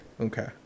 Okay